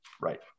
Right